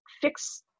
fix